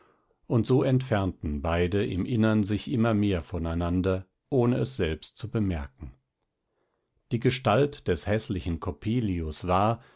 und so entfernten beide im innern sich immer mehr voneinander ohne es selbst zu bemerken die gestalt des häßlichen coppelius war